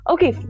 Okay